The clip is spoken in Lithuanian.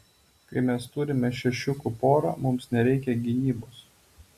kai mes turime šešiukių porą mums nereikia gynybos